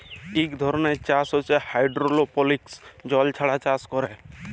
ইক ধরলের চাষ হছে হাইডোরোপলিক্স জল ছাড়া চাষ ক্যরে